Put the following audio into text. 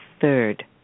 third